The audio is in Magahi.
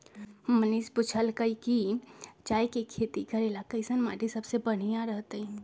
मनीष पूछलकई कि चाय के खेती करे ला कईसन माटी सबसे बनिहा रहतई